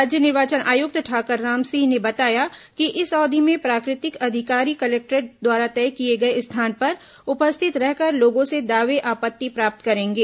राज्य निर्वाचन आयुक्त ठाकुर रामसिंह ने बताया कि इस अवधि में प्राधिकृत अधिकारी कलेक्टर द्वारा तय किए गए स्थान पर उपस्थित रहकर लोगों से दावे आपत्ति प्राप्त करेंगे